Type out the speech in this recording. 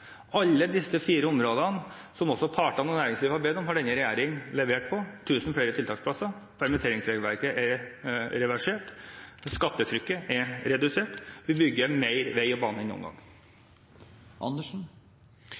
Alle disse fire områdene, som også partene og næringslivet har bedt om, har denne regjering levert på: 1 000 flere tiltaksplasser, permitteringsregelverket er reversert, skattetrykket er redusert, og vi bygger mer vei og bane enn noen gang.